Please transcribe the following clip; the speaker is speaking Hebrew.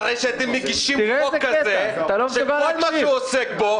אתה מטיף לנו מוסר אחרי שאתם מגישים חוק כזה שכל מה שהוא עוסק בו